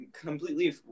completely